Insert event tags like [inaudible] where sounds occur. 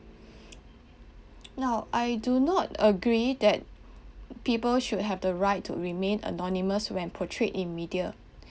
[noise] now I do not agree that people should have the right to remain anonymous when portrayed in media